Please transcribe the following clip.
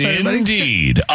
indeed